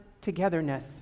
togetherness